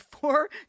four